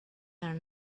are